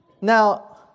Now